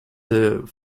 there